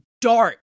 dart